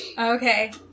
Okay